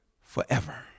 forever